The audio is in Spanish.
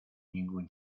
ningún